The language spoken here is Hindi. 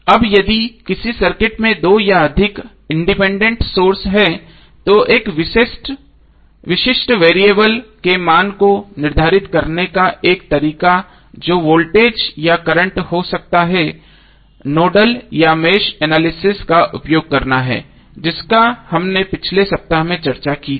अब यदि किसी सर्किट में 2 या अधिक इंडिपेंडेंट सोर्स हैं तो एक विशिष्ट वेरिएबल के मान को निर्धारित करने का एक तरीका जो वोल्टेज या करंट हो सकता है नोडल या मेष एनालिसिस का उपयोग करना है जिसका हमने पिछले सप्ताह में चर्चा की थी